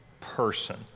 person